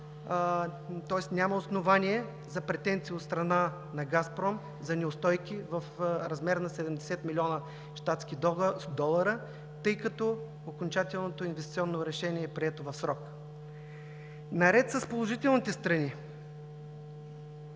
поток“ няма основание за претенция от страна на „Газпром“ за неустойки в размер на 70 млн. щатски долара, тъй като окончателното инвестиционно решение е прието в срок. Наред с положителните страни,